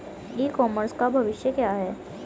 ई commerce का भविष्य क्या है?